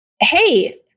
hey